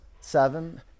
seven